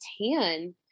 tan